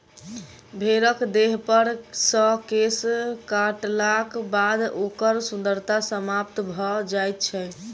भेंड़क देहपर सॅ केश काटलाक बाद ओकर सुन्दरता समाप्त भ जाइत छै